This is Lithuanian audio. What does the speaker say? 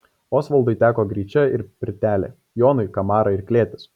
osvaldui teko gryčia ir pirtelė jonui kamara ir klėtis